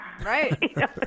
right